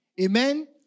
Amen